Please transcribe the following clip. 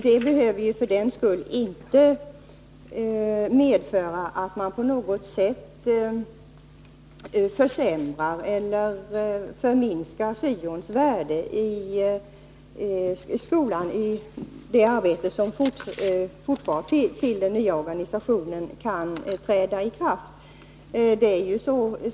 Men detta behöver inte medföra att man på något sätt minskar syons värde i skolan eller värdet av det arbete som kommer att fortgå tills den nya organisationen kan träda till.